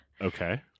Okay